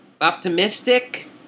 optimistic